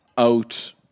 Out